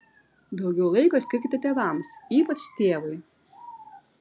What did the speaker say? daugiau laiko skirkite tėvams ypač tėvui